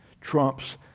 trumps